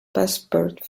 passport